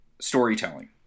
storytelling